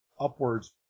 upwards